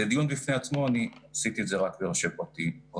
זה דיון בפני עצמו, עשיתי את זה רק בראשי פרקים.